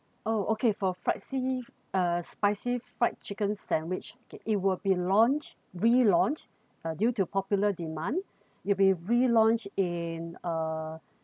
oh okay for fried sea~ uh spicy fried chicken sandwich okay it will be launch relaunch uh due to popular demand it'll be relaunched in uh